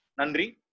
Nandri